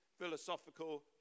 philosophical